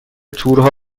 تورها